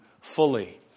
fully